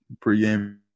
pre-game